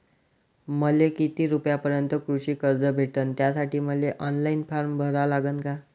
मले किती रूपयापर्यंतचं कृषी कर्ज भेटन, त्यासाठी मले ऑनलाईन फारम भरा लागन का?